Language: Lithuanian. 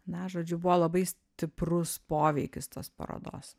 na žodžiu buvo labai stiprus poveikis tos parodos